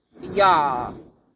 y'all